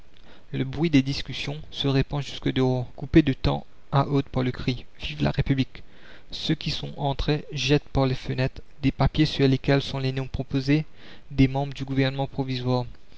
le bruit des discussions se répand jusqu'au dehors coupé de temps à autre par le cri vive la république ceux qui sont entrés jettent par les fenêtres des papiers sur lesquels la commune sont les noms proposés des membres du gouvernement provisoire